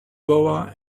boa